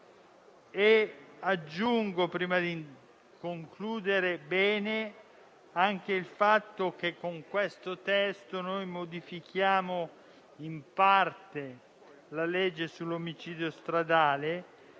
Aggiungo, prima di concludere: bene anche il fatto che con questo testo modifichiamo in parte la legge sull'omicidio stradale.